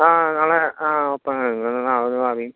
ആ നാളെ ആ ഓപ്പൺ ആണ് നാളെ വന്നാൽ മതി